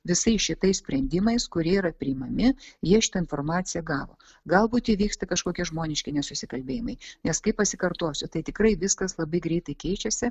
visais šitais sprendimais kurie yra priimami jie šimtą informaciją gavo galbūt įvyksta kažkokie žmoniški nesusikalbėjimai nes kaip pasikartosiu tai tikrai viskas labai greitai keičiasi